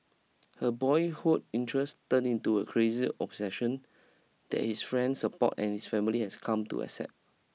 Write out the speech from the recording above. her boyhood interest turned into a crazy obsession that his friends support and his family has come to accept